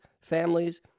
families